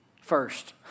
first